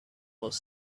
was